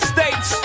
States